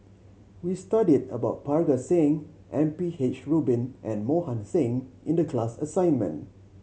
we studied about Parga Singh M P H Rubin and Mohan Singh in the class assignment